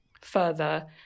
further